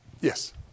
yes